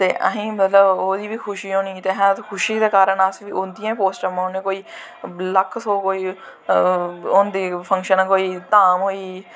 ते असें मतलव ओह्दी बी खुशी होनी उस खुशी दे कारण अस उंदियां बी पोस्ट पाई ओड़ने कोई लक्ख सौ कोई होंदा फंक्शन कोई धाम होई